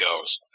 goes